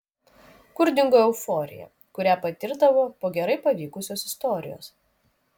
kur dingo euforija kurią patirdavo po gerai pavykusios istorijos